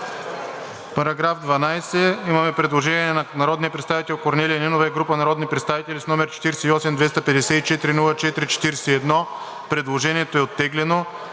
По § 12 има предложение на народния представител Корнелия Нинова и група народни представители, № 48-254-04-41. Предложението е оттеглено.